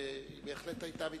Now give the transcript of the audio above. והיא בהחלט היתה מתקבלת.